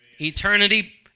Eternity